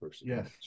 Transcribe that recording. Yes